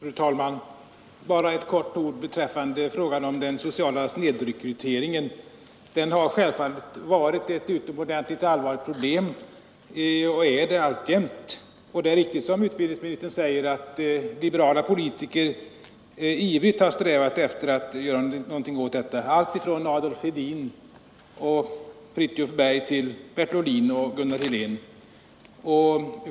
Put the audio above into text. Fru talman! Jag vill bara säga några få ord beträffande frågan om den sociala snedrekryteringen. Den har självfallet varit ett utomordentligt allvarligt problem och är det alltjämt. Och det är riktigt, som utbildningsministern säger, att liberala politiker ivrigt har strävat efter att göra någonting åt detta — alltifrån Adolf Hedin och Fridtjuv Berg till Bertil Ohlin och Gunnar Helén.